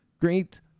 great